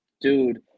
Dude